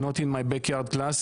not in my back yard קלאסי.